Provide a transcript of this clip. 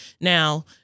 Now